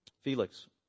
Felix